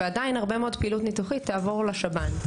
ועדיין הרבה מאוד פעילות ניתוחית תעבור לשב"ן.